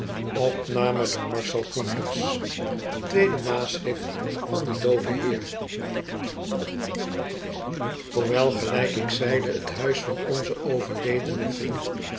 tweede naschrift van den dooven heer hoewel gelyk ik zeide het huis van onzen overledenen vriend